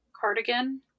cardigan